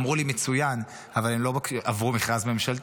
אמרו לי: מצוין, אבל הן לא עברו מכרז ממשלתי.